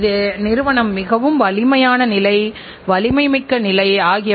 அவை நிறுவனத்திற்குள் அகற்றப்படுகின்றன அல்லது மறுவேலை செய்யப்படுகின்றன